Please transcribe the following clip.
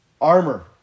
armor